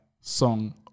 song